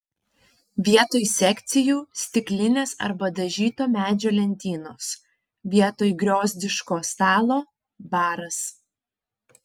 vietoj sekcijų stiklinės arba dažyto medžio lentynos vietoj griozdiško stalo baras